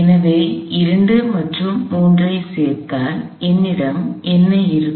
எனவே 2 மற்றும் 3 ஐச் சேர்த்தால் என்னிடம் என்ன இருக்கும்